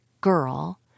girl